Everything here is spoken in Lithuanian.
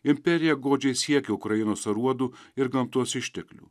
imperija godžiai siekia ukrainos aruodų ir gamtos išteklių